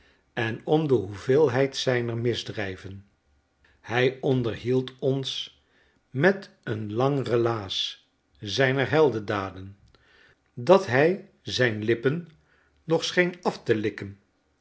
en om de hoeveelheid zijner misdrijven hij onderhield ons met een lang relaas zijner heldendaden dat hij zoo allersmakelijkst voordroeg dat hij zijn lippen nog scheen af te likken